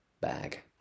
bag